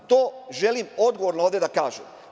To želim odgovorno ovde da kažem.